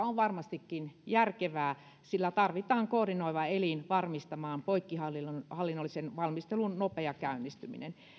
on varmastikin järkevää sillä tarvitaan koordinoiva elin varmistamaan poikkihallinnollisen valmistelun nopea käynnistyminen